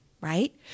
right